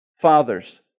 Fathers